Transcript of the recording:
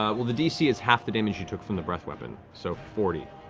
matt well the dc is half the damage you took from the breath weapon, so forty.